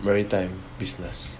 maritime business